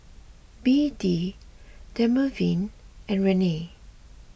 B D Dermaveen and Rene